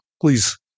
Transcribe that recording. Please